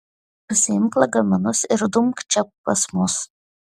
pasiimk lagaminus ir dumk čia pas mus